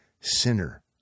sinner